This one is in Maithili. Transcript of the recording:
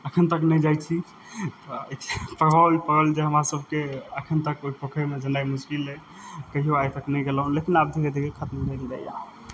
अखन तक नहि जाइ छी पढ़ल पढ़ल जे हमरा सबके अखन तक ओहि पोखरिमे जेनाइ मुश्किल अछि कहियो आइ तक नहि गेलहुॅं लेकिन आब धीरे धीरे खतम नहि रहैया